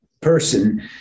person